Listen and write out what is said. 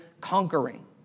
conquering